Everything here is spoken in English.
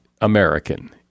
American